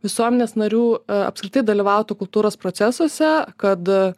visuomenės narių apskritai dalyvautų kultūros procesuose kad